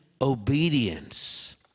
obedience